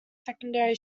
secondary